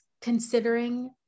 considering